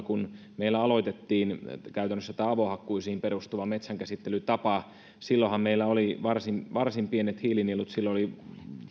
kun meillä käytännössä aloitettiin tämä avohakkuisiin perustuva metsänkäsittelytapa meillä oli varsin varsin pienet hiilinielut silloin oli